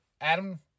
Adam